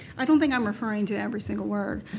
i don't think i'm referring to every single word.